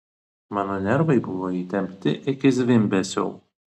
mano nervai buvo įtempti iki zvimbesio